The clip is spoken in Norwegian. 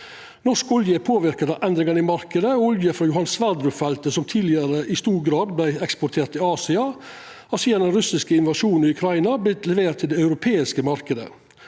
Norsk olje er påverka av endringane i marknaden. Olje frå Johan Sverdrup-feltet som tidlegare i stor grad vart eksportert til Asia, har sidan den russiske invasjonen i Ukraina vorte levert til den europeiske marknaden.